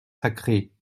sacrés